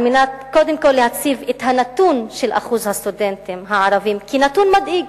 על מנת קודם כול להציב את הנתון של אחוז הסטודנטים הערבים כנתון מדאיג,